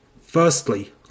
Firstly